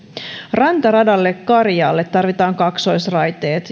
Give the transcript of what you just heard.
rantaradalle karjaalle tarvitaan kaksoisraiteet